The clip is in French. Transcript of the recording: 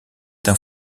d’un